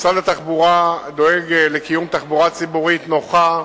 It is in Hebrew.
משרד התחבורה דואג לקיום תחבורה ציבורית נוחה,